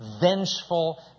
vengeful